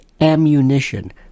ammunition